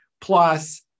plus